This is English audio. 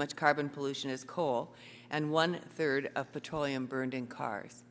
much carbon pollution as coal and one third of petroleum burned in cars